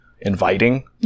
inviting